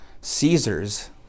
Caesar's